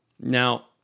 Now